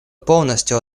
полностью